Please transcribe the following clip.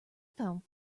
found